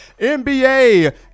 NBA